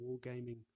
wargaming